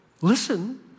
listen